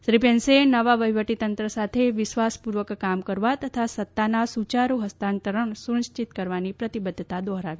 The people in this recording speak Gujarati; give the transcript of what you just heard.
શ્રી પેંસે નવા વહીવટીતંત્ર સાથે વિશ્વાસપૂર્વક કામ કરવા તથા સત્તાના સુચારુ હસ્તાંતરણ સુનિશ્ચિત કરવાની પ્રતિબદ્ધતા દોહરાવી